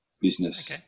business